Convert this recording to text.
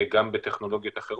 עם פגיעה מוחית לא פשוטה